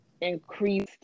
increased